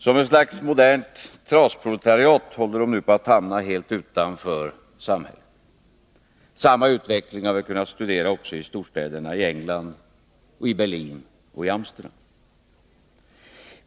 Som ett slags modernt trasproletariat håller de nu på att hamna helt utanför samhället. Samma utveckling har vi kunnat studera också i storstäderna i England, i Berlin och i Amsterdam.